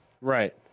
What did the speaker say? Right